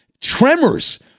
tremors